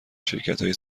شرکتهایی